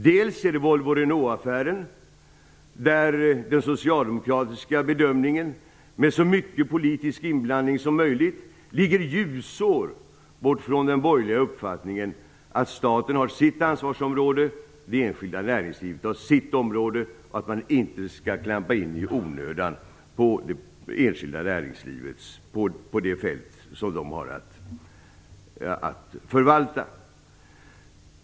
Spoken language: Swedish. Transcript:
Det gäller Volvo-Renault-affären där den socialdemokratiska bedömningen med så mycket politisk inblandning som möjligt ligger ljusår från den borgerliga uppfattningen att staten har sitt ansvarsområde och att det enskilda näringslivet har sitt och att man inte i onödan skall klampa in på det fält som det enskilda näringslivet har att förvalta.